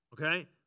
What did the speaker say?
Okay